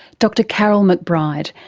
dr karyl mcbride,